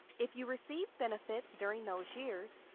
if you received benefits during those years,